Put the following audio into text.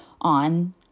on